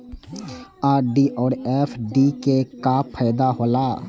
RD और FD के का फायदा हौला?